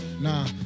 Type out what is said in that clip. Nah